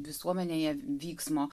visuomenėje vyksmo